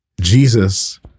Jesus